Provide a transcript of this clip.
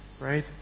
right